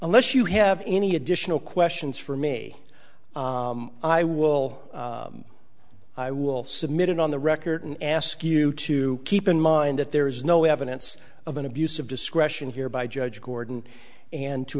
unless you have any additional questions for me i will i will submit it on the record and ask you to keep in mind that there is no evidence of an abuse of discretion here by judge gordon and to